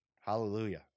hallelujah